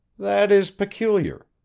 that is peculiar.